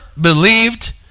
believed